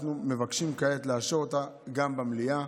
ואנחנו מבקשים כעת לאשר אותה גם במליאה,